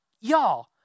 y'all